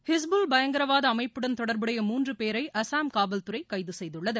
ஹஸ்புல் பயங்கரவாத அமைப்புடன் தொடர்புடைய மூன்று பேரை அசாம் காவல்துறை கைது செய்துள்ளது